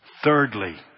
Thirdly